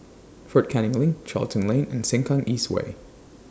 Fort Canning LINK Charlton Lane and Sengkang East Way